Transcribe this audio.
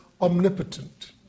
omnipotent